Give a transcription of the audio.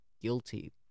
guilty